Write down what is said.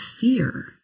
fear